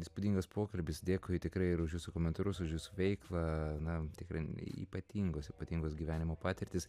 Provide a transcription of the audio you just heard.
įspūdingas pokalbis dėkui tikrai ir už jūsų komentarus ir už jūsų veiklą na tikrai ypatingos ypatingos gyvenimo patirtys